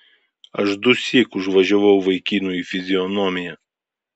aš dusyk užvažiavau vaikinui į fizionomiją